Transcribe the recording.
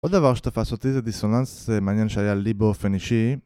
עוד דבר שתפס אותי זה דיסוננס, זה מעניין שהיה לי באופן אישי